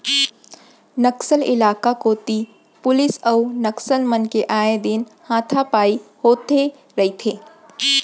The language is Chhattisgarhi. नक्सल इलाका कोती पुलिस अउ नक्सल मन के आए दिन हाथापाई होथे रहिथे